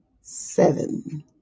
seven